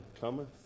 cometh